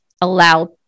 allow